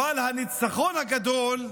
אבל הניצחון הגדול,